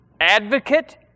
Advocate